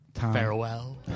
Farewell